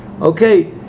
Okay